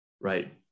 right